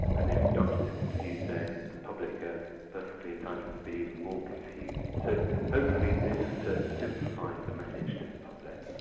and if doctors are confused then the public are perfectly entitled to be even more confused. so hopefully this research simplifies the message to the public.